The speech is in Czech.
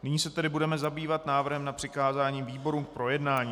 Nyní se tedy budeme zabývat návrhem na přikázání výborům k projednání.